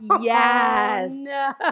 yes